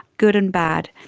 good and bad.